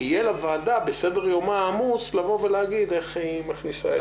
יהיה לוועדה בסדר-יומה העמוס להגיד איך היא מכניסה את זה.